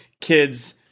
kids